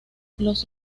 los